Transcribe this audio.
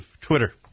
Twitter